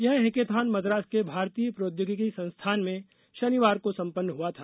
यह हैकेथॉन मद्रास के भारतीय प्रौद्योगिकी संस्थान में शनिवार को संपन्न हुआ था